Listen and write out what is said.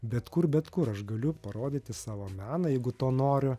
bet kur bet kur aš galiu parodyti savo meną jeigu to noriu